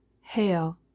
hail